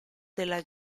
della